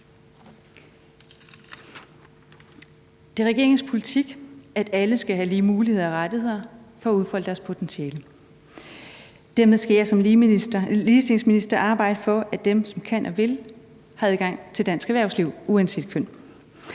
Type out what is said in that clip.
Det er regeringens politik, at alle skal have lige muligheder og rettigheder for at udfolde deres potentiale. Dermed skal jeg som ligestillingsminister arbejde for, at dem, som kan og vil, har adgang til dansk erhvervsliv uanset køn.